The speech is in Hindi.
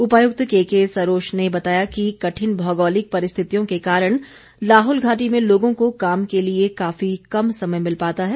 उपायुक्त केके सरोच ने बताया कि कठिन भौगोलिक परिस्थितियों के कारण लाहौल घाटी में लोगों को काम के लिए काफी कम समय मिल पाता है